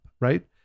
right